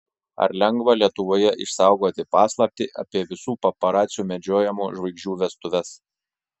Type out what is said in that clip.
ar lengva lietuvoje išsaugoti paslaptį apie visų paparacių medžiojamų žvaigždžių vestuves